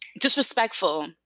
Disrespectful